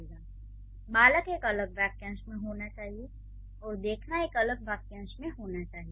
"बालक" एक अलग वाक्यांश में होना चाहिए और "देखना" एक अलग वाक्यांश में होना चाहिए